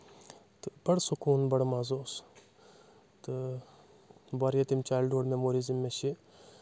تہٕ بَڑٕ سکوٗن بَڑٕ مَزٕ اوس تہٕ واریاہ تِم چایلڈہُڈ میموریٖز یِم مےٚ چھِ